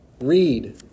read